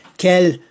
quelle